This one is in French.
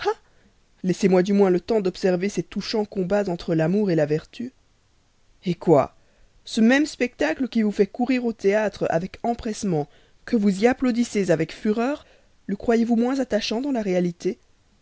laissez-moi du moins le temps d'observer ces touchants combats entre l'amour la vertu eh quoi ce même spectacle qui vous fait courir au théâtre avec empressement que vous y applaudissez avec fureur le croyez-vous moins attachant dans la réalité